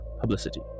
publicity